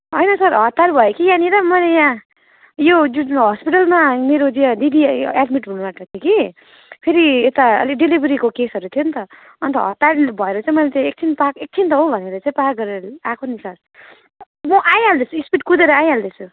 होइन सर हतार भयो कि यहाँनिर मैले त्यहाँ यो जुन चाहिँ हस्पिटलमा मेरो दिदी एडमिट हुनु भएको थियो कि फेरि यता अलि डेलिभेरीको केसहरू थियो नि त अन्त हतार भएर चाहिँ मैले त्यो एकछिन पार्क एकछिन त हो भनेर चाहिँ पार्क गरेर आएको नि सर म आइहाल्दैछु स्पिड कुदेर आइहाल्दैछु